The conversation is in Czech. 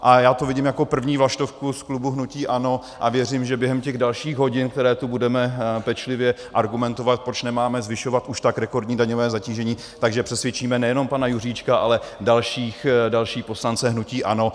A já to vidím jako první vlaštovku z klubu hnutí ANO a věřím, že během těch dalších hodin, po které tu budeme pečlivě argumentovat, proč nemáme zvyšovat už tak rekordní daňové zatížení, přesvědčíme nejenom pana Juříčka, ale i další poslance hnutí ANO.